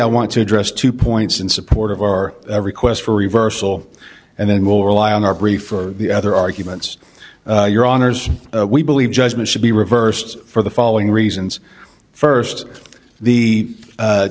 i want to address two points in support of our request for reversal and then we'll rely on our brief for the other arguments your honour's we believe judgment should be reversed for the following reasons first the